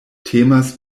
temas